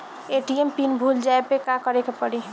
ATM pin भूल जाए पे का करे के पड़ी?